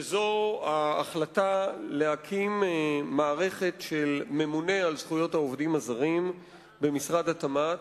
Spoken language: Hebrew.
והוא ההחלטה להקים מערכת של ממונה על זכויות העובדים הזרים במשרד התמ"ת.